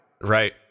Right